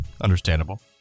Understandable